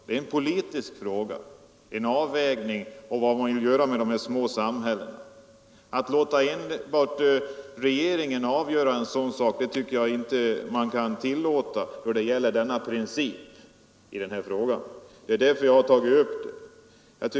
Det är en politisk fråga, där de små samhällenas behov skall vägas in. Att låta enbart regeringen avgöra detta tycker jag inte får tillåtas eftersom det, som jag nämnt, gäller en principfråga. Det är därför jag har tagit upp ärendet.